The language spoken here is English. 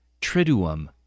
triduum